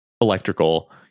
electrical